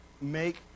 make